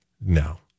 No